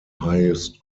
highest